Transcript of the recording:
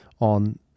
on